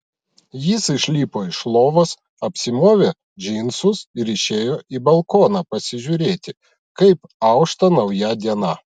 jis išlipo iš lovos apsimovė džinsus ir išėjo į balkoną pasižiūrėti kaip aušta nauja diena